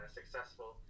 successful